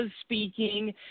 speaking